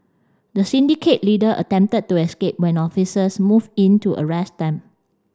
the syndicate leader attempted to escape when officers moved in to arrest them